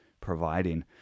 providing